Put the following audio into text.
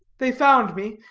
they found me.